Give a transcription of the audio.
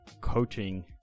coaching